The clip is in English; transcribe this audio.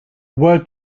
word